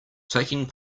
taking